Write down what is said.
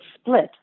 split